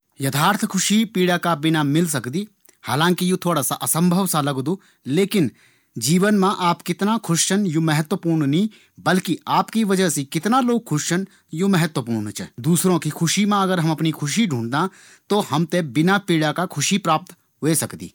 यथार्थ ख़ुशी पीड़ा का बिना मिल सकदी। हालांकि यू थोड़ा असंभव सा लगदू। लेकिन जीवन मा आप कितना खुश छन यू महत्त्वपूर्ण नी बल्कि आपकी वजह सी कितना लोग खुश छन यू महत्त्वपूर्ण च। दूसरों की ख़ुशी मा हम अपणी ख़ुशी ढूँढदा त हम थें बिना पीड़ा का ख़ुशी प्राप्त ह्वे सकदी।